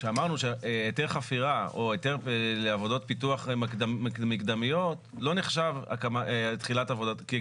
אמרנו שהיתר חפירה או היתר לעבודות פיתוח מקדמיות לא נחשב תחילת עבודות.